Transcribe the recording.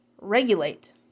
regulate